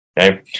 Okay